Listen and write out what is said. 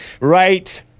Right